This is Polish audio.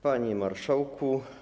Panie Marszałku!